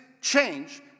change